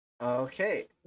Okay